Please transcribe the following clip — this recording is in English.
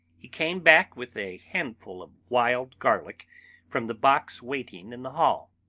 he came back with a handful of wild garlic from the box waiting in the hall,